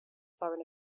foreign